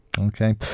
Okay